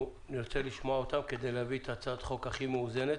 כדי להביא את הצעת החוק הכי מאוזנת.